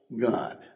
God